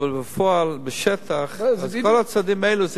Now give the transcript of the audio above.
אבל בפועל בשטח כל הצעדים האלה,